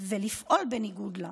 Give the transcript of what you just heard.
ולפעול בניגוד לה.